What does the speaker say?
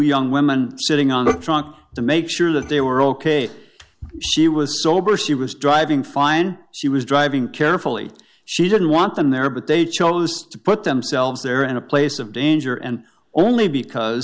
young women sitting on the truck to make sure that they were ok she was sober she was driving fine she was driving carefully she didn't want them there but they chose to put themselves there in a place of danger and only because